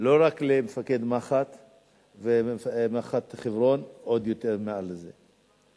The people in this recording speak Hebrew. לא רק למח"ט חברון, עוד יותר מעל זה.